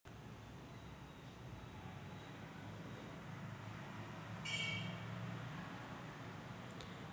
आपण कर्ज घेतल्यास, आपल्याला ते विशिष्ट कालावधीत सावकाराला परत द्यावे लागेल